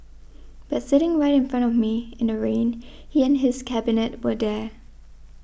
but sitting right in front of me in the rain he and his cabinet were there